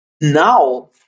Now